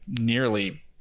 nearly